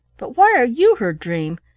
but why are you her dream?